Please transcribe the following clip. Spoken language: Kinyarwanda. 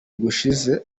gushize